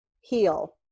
heal